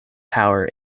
power